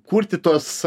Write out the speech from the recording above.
kurti tuos